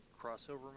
crossover